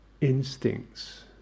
instincts